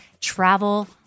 travel